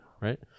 Right